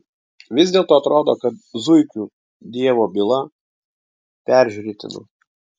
vis dėlto atrodo kad zuikių dievo byla peržiūrėtina